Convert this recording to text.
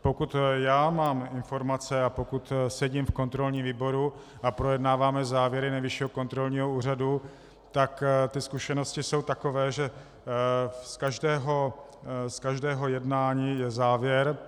Pokud já mám informace a pokud sedím v kontrolním výboru a projednáváme závěry Nejvyššího kontrolního úřadu, tak ty zkušenosti jsou takové, že z každého jednání je závěr.